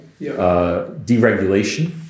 deregulation